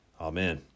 Amen